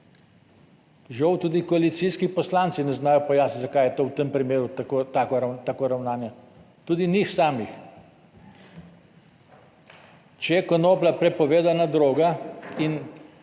Žal tudi koalicijski poslanci ne znajo pojasniti, zakaj je to v tem primeru tako ravnanje tudi njih samih. Če je konoplja prepovedana droga in